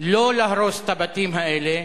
שלא להרוס את הבתים האלה.